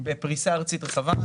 בפריסה ארצית רחבה.